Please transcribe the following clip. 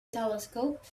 telescope